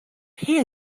here